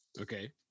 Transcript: Okay